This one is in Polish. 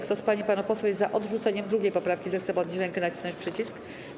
Kto z pań i panów posłów jest za odrzuceniem 2. poprawki, zechce podnieść rękę i nacisnąć przycisk.